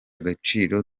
agaciro